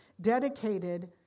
dedicated